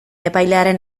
epailearen